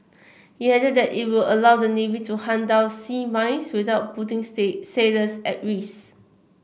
he added that it will allow the navy to hunt down sea mines without putting sailors at risk